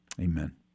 Amen